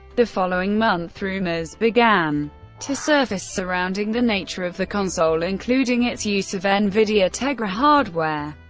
the following month, rumors began to surface surrounding the nature of the console, including its use of nvidia tegra hardware,